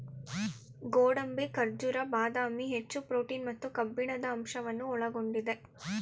ಗೋಡಂಬಿ, ಖಜೂರ, ಬಾದಾಮಿ, ಹೆಚ್ಚು ಪ್ರೋಟೀನ್ ಮತ್ತು ಕಬ್ಬಿಣದ ಅಂಶವನ್ನು ಒಳಗೊಂಡಿದೆ